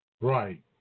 Right